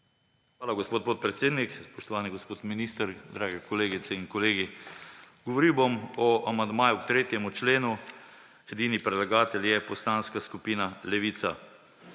Hvala, gospod podpredsednik. Spoštovani gospod minister, drage kolegice in kolegi! Govoril bom o amandmaju k 3. členu. Edini predlagatelj je Poslanska skupina Levica.